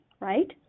Right